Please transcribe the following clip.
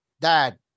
dad